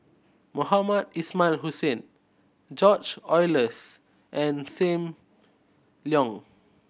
Mohamed Ismail Hussain George Oehlers and Sam Leong